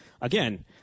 again